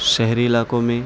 شہری علاقوں میں